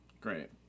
Great